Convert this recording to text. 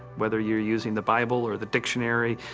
whether you're using the bible, or the dictionary,